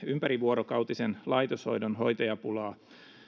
ympärivuorokautisen laitoshoidon hoitajapulaa